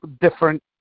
different